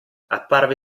apparve